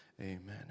Amen